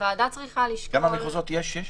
הוועדה צריכה לשקול --- כמה מחוזות יש?